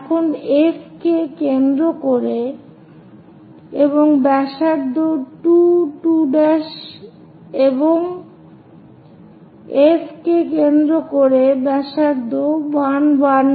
এখন F কে কেন্দ্র এবং ব্যাসার্ধ 2 2 এবং F কে কেন্দ্র করে এবং ব্যাসার্ধ 1 1